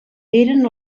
eren